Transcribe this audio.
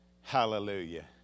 Hallelujah